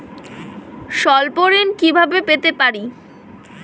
স্বল্প ঋণ কিভাবে পেতে পারি?